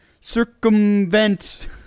circumvent